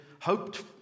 hoped